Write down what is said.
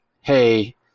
hey